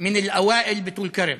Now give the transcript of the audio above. מן אל-אוואל בטול-כרם